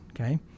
okay